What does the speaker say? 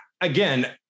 again